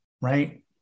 right